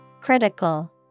Critical